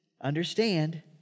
Understand